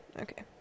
Okay